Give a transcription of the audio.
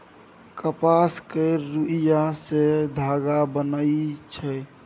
कपास केर रूइया सँ धागा बनइ छै